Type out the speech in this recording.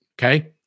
okay